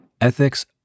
Ethics